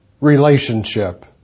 Relationship